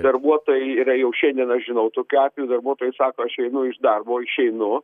darbuotojai yra jau šiandien aš žinau tokių atvejų darbuotojai sako aš einu iš darbo išeinu